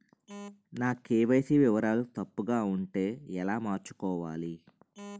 నా కే.వై.సీ వివరాలు తప్పుగా ఉంటే ఎలా మార్చుకోవాలి?